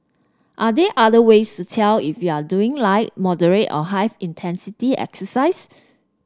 are there other ways to tell if you are doing light moderate or high intensity exercise